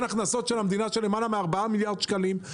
הכנסות של המדינה של למעלה מ-4 מיליארד ₪.